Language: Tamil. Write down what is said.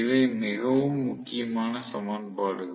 இவை மிகவும் முக்கியமான சமன்பாடுகள்